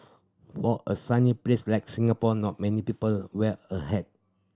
for a sunny place like Singapore not many people wear a hat